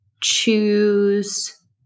choose